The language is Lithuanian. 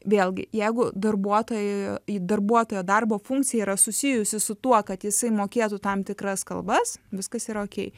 vėlgi jeigu darbuotojui darbuotojo darbo funkcija yra susijusi su tuo kad jisai mokėtų tam tikras kalbas viskas yra okei